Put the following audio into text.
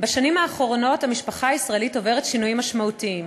בשנים האחרונות המשפחה הישראלית עוברת שינויים משמעותיים.